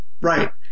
right